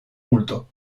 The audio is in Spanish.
culto